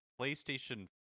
playstation